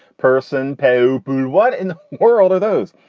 person pay. but and what in the world are those?